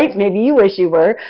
like maybe you wish you were,